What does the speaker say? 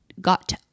got